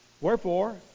Wherefore